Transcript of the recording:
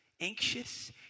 anxious